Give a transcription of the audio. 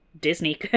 disney